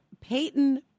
Peyton